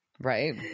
Right